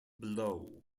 below